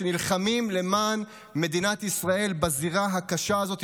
שנלחמים למען מדינת ישראל בזירה הקשה הזאת,